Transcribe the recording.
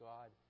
God